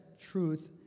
truth